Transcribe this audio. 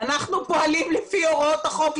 אנחנו פועלים לפי הוראות החוק,